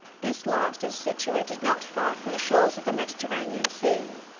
this last is situated not far from the shores of the mediterranean sea